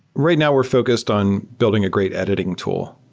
right now, we're focused on building a great editing tool.